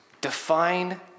define